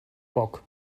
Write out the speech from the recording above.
bock